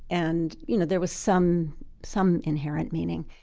and you know there was some some inherent meaning.